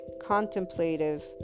contemplative